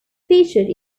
featured